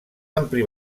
ampli